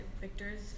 Victor's